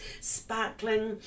sparkling